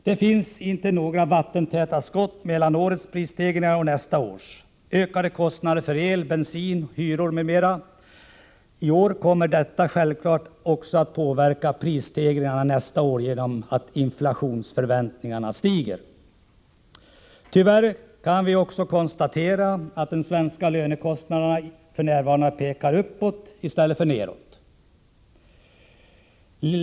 Det finns inte några vattentäta skott mellan årets prisstegringar och nästa års. Ökar kostnaderna för el, bensin, hyror m.m. i år, kommer detta självfallet att påverka prisstegringarna nästa år genom att inflationsförväntningarna stiger. Tyvärr kan vi också konstatera att den svenska lönekostnadstrenden f.n. pekar uppåt i stället för nedåt.